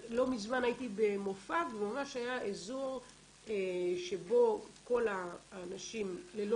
לא מזמן הייתי במופע וממש היה אזור שבו כל האנשים ללא